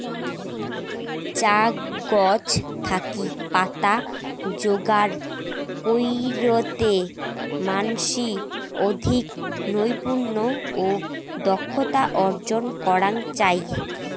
চা গছ থাকি পাতা যোগার কইরতে মানষি অধিক নৈপুণ্য ও দক্ষতা অর্জন করাং চাই